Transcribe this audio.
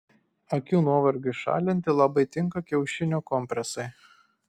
akių nuovargiui šalinti labai tinka kiaušinio kompresai